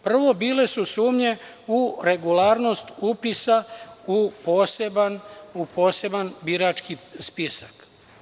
Prvo, bile su sumnje u regularnost upisa u poseban birački spisak.